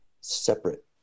separate